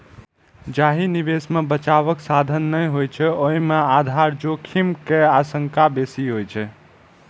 जाहि निवेश मे बचावक साधन नै होइ छै, ओय मे आधार जोखिम के आशंका बेसी होइ छै